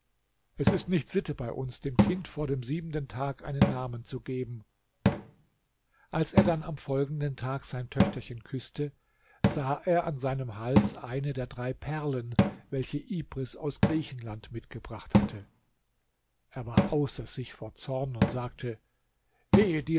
es ist nicht sitte bei uns dem kind vor dem siebenten tag einen namen zu geben als er dann am folgenden tag sein töchterchen küßte sah er an seinem hals eine der drei perlen welche ibris aus griechenland mitgebracht hatte er war außer sich vor zorn und sagte wehe dir